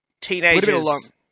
teenagers